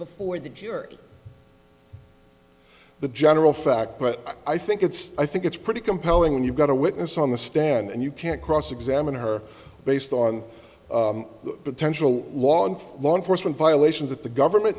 before the jury the general fact but i think it's i think it's pretty compelling when you've got a witness on the stand and you can't cross examine her based on potential law and law enforcement violations that the government